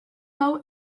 hau